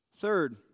Third